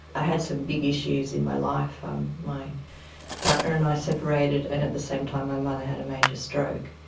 i had some big issues in my life. um my partner and i separated and at the same time my mother had a major stroke,